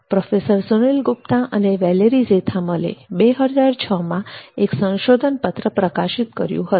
professor Sunil Gupta અને Valerie Zeithaml 2006માં એક સંશોધનપત્ર પ્રકાશિત કર્યું હતું